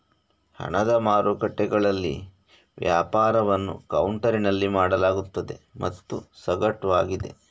ಹಣದ ಮಾರುಕಟ್ಟೆಗಳಲ್ಲಿ ವ್ಯಾಪಾರವನ್ನು ಕೌಂಟರಿನಲ್ಲಿ ಮಾಡಲಾಗುತ್ತದೆ ಮತ್ತು ಸಗಟು ಆಗಿದೆ